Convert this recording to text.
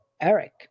Eric